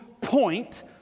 point